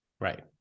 Right